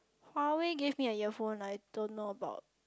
Huawei gave me a earphone I don't know about